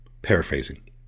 Paraphrasing